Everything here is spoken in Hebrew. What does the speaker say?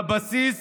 לבסיס